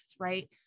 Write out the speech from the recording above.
right